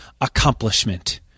accomplishment